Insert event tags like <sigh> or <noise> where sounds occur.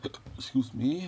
<noise> excuse me